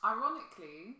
Ironically